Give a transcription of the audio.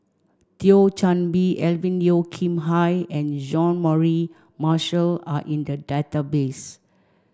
Thio Chan Bee Alvin Yeo Khirn Hai and Jean Mary Marshall are in the database